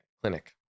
clinic